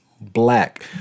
black